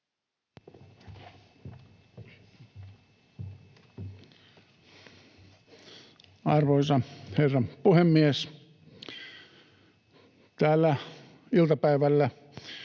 Arvoisa herra puhemies! Täällä iltapäivällä